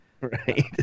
Right